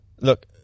look